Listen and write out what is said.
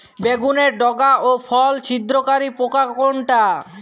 বেগুনের ডগা ও ফল ছিদ্রকারী পোকা কোনটা?